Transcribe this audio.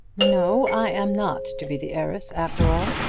no i am not to be the heiress after all,